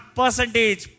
percentage